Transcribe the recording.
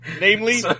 Namely